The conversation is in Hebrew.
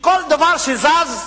שכל דבר שזז,